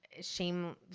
shame